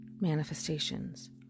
Manifestations